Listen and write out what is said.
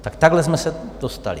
Tak takhle jsme se dostali!